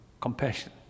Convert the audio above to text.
compassion